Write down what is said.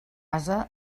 ase